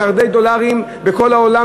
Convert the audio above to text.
מיליארדי דולרים בכל העולם,